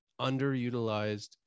underutilized